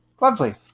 Lovely